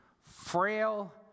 frail